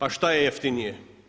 A šta je jeftinije?